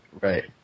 right